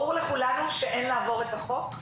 ברור לכולנו שאין לעבור את החוק,